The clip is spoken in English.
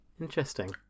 Interesting